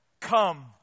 Come